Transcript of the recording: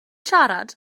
siarad